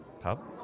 Pub